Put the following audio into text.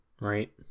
Right